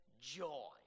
joy